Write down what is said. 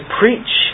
preach